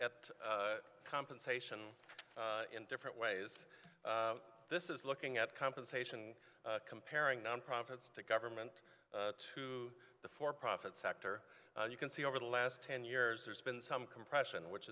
that compensation in different ways this is looking at compensation comparing nonprofits to government to the for profit sector you can see over the last ten years there's been some compression which